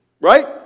right